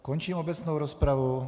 Končím obecnou rozpravu.